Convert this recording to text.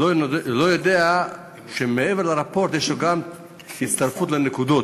מעבר לרפורט מצטרפות נקודות.